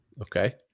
Okay